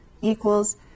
equals